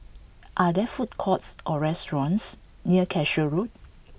are there food courts or restaurants near Cashew Road